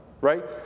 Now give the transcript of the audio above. Right